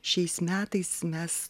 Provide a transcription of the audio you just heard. šiais metais mes